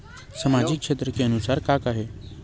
सामाजिक क्षेत्र के नुकसान का का हे?